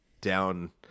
down